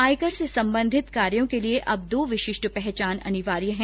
आयकर से संबंधित कार्यो के लिए अब दो विशिष्ट पहचान अनिवार्य हैं